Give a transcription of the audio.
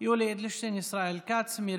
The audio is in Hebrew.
את חברי הכנסת שנוכחים באולם